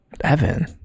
Evan